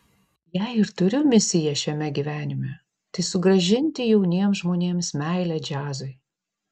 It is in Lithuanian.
jei ir turiu misiją šiame gyvenime tai sugrąžinti jauniems žmonėms meilę džiazui